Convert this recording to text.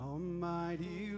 Almighty